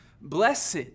Blessed